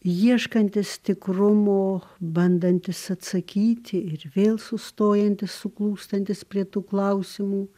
ieškantis tikrumo bandantis atsakyti ir vėl sustojantis suklūstantis prie tų klausimų